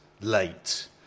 late